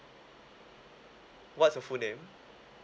what's your full name